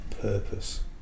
purpose